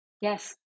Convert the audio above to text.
Yes